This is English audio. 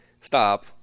stop